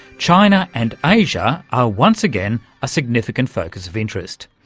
china and asia are once again a significant focus of interest.